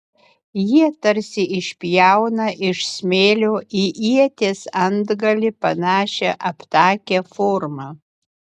jie tarsi išpjauna iš smėlio į ieties antgalį panašią aptakią formą